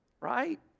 right